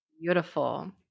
beautiful